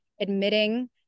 admitting